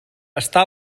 està